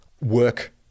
work